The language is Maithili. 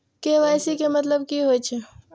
के.वाई.सी के मतलब कि होई छै?